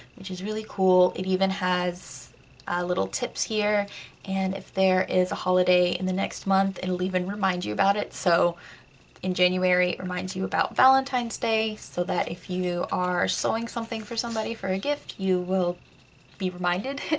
which is really cool. it even has little tips here and if there is a holiday in the next month it'll even remind you about it. so in january it reminds you about valentine's day so that if you are sewing something for somebody for a gift you will be reminded.